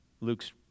Luke's